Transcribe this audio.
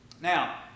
Now